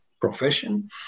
profession